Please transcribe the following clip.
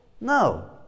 No